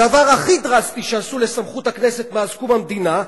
הדבר הכי דרסטי שעשו לסמכות הכנסת מאז קום המדינה,